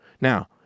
Now